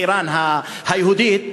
חירן היהודית,